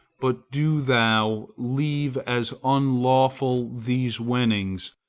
but do thou leave as unlawful these winnings,